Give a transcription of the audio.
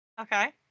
okay